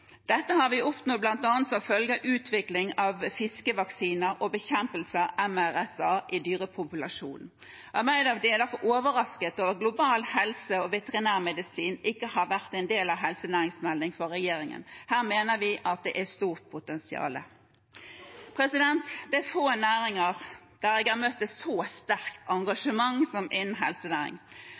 Dette har vi oppnådd bl.a. som følge av utvikling av fiskevaksiner og bekjempelse av MRSA i dyrepopulasjonen. Arbeiderpartiet er derfor overrasket over at global helse og veterinærmedisin ikke har vært en del av helsenæringsmeldingen fra regjeringen. Her mener vi at det er et stort potensial. Det er få næringer der jeg har møtt et så sterkt engasjement som innen